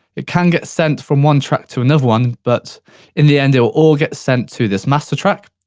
it can get sent from one track to another one, but in the end, it'll all get sent to this master track.